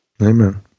Amen